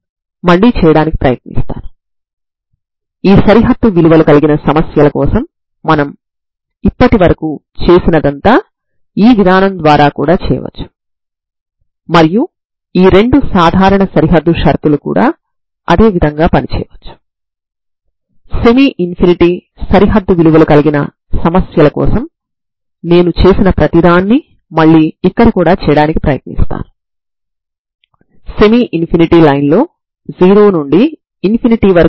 కాబట్టి మీరు ఈ సరిహద్దు నియమాలలో ఏవైనా తీసుకొని చివరలు నిర్ణయించబడిన మునుపటి ఉదాహరణ లో నేను చేసిన విధంగానే చేసి ఈ సమస్యను పరిష్కరించుకోవచ్చు సరేనా